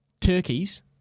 turkeys